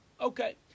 Okay